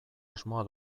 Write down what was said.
asmoa